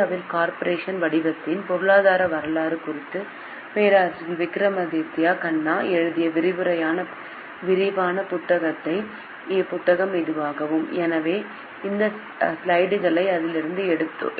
இந்தியாவில் கார்ப்பரேட் வடிவத்தின் பொருளாதார வரலாறு குறித்து பேராசிரியர் விக்ரமாதித்ய கன்னா எழுதிய விரிவான புத்தகம் இதுவாகும் எனவே இந்த ஸ்லைடுகளை அதிலிருந்து